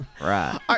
Right